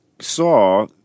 saw